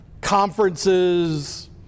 conferences